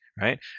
right